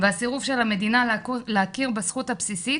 והסירוב של המדינה להכיר בזכות הבסיסית